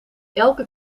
elke